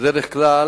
בדרך כלל